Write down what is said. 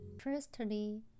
Firstly